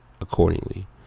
accordingly